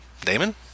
Damon